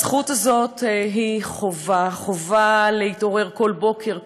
הזכות הזאת היא חובה: חובה להתעורר כל בוקר,